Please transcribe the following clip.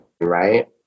right